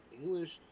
english